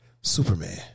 Superman